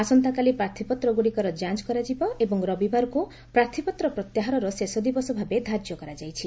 ଆସନ୍ତାକାଲି ପ୍ରାର୍ଥୀପତ୍ରଗୁଡ଼ିକର ଯାଞ୍ କରାଯିବ ଏବଂ ରବିବାରକୁ ପ୍ରାର୍ଥୀପତ୍ର ପ୍ରତ୍ୟାହାରର ଶେଷ ଦିବସ ଭାବେ ଧାର୍ଯ୍ୟ କରାଯାଇଛି